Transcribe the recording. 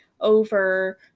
over